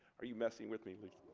are you messing with me